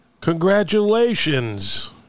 Congratulations